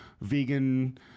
vegan